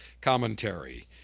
commentary